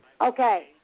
Okay